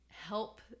help